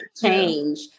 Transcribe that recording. change